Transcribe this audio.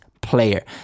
player